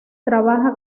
trabaja